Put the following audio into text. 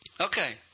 Okay